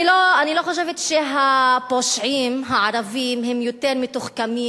אני לא חושבת שהפושעים הערבים יותר מתוחכמים,